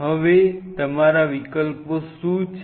હવે તમારા વિકલ્પો શું છે